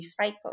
recycling